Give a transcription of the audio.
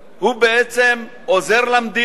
הוא בעצם עוזר למדינה,